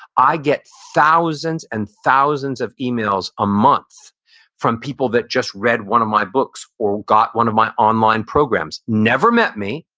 i get thousands and thousands of emails a month from people that just read one of my books or got one of my online programs. never met me,